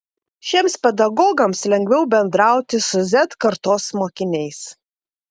šiems pedagogams lengviau bendrauti su z kartos mokiniais